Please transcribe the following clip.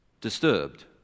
disturbed